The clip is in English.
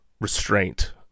restraint